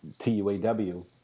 Tuaw